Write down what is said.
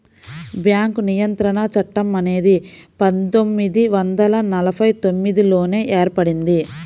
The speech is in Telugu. బ్యేంకు నియంత్రణ చట్టం అనేది పందొమ్మిది వందల నలభై తొమ్మిదిలోనే ఏర్పడింది